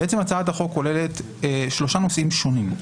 הצעת החוק כוללת שלושה נושאים שונים: